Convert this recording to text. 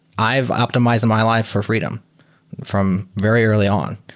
i've optimized my life for freedom from very early on.